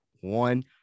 one